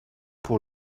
pour